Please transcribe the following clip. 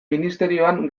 ministerioan